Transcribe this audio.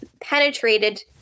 penetrated